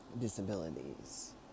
disabilities